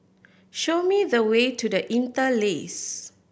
show me the way to The Interlace